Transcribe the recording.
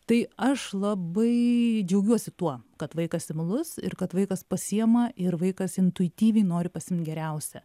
tai aš labai džiaugiuosi tuo kad vaikas imlus ir kad vaikas pasiema ir vaikas intuityviai nori pasiimt geriausia